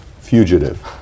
Fugitive